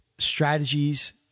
strategies